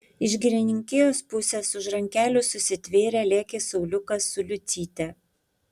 iš girininkijos pusės už rankelių susitvėrę lėkė sauliukas su liucyte